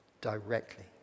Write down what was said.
directly